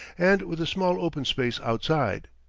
and with a small open space outside.